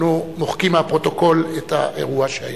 אנחנו מוחקים מהפרוטוקול את האירוע שהיה.